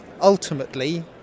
ultimately